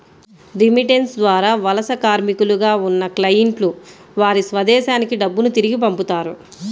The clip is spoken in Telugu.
రెమిటెన్స్ ద్వారా వలస కార్మికులుగా ఉన్న క్లయింట్లు వారి స్వదేశానికి డబ్బును తిరిగి పంపుతారు